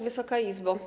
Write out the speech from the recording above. Wysoka Izbo!